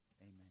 amen